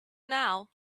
now